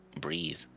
breathe